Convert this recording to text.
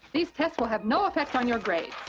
this test will have no effect on your grades.